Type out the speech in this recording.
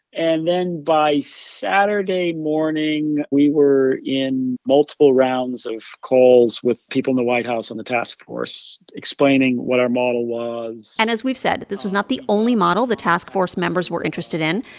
and then by saturday morning, we were in multiple rounds of calls with people in the white house on the task force explaining what our model was and as we've said, this was not the only model the task force members were interested in.